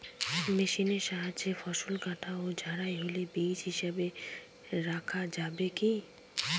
মেশিনের সাহায্যে ফসল কাটা ও ঝাড়াই হলে বীজ হিসাবে রাখা যাবে কি?